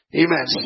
Amen